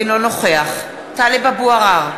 אינו נוכח טלב אבו עראר,